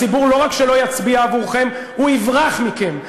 הציבור לא רק שלא יצביע עבורכם, הוא יברח מכם.